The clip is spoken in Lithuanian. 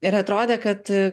ir atrodė kad